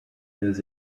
news